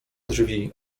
drzwi